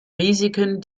risiken